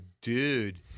dude